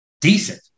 decent